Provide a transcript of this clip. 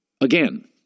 Again